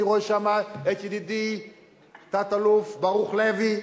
אני רואה שם את ידידי תת-אלוף ברוך לוי,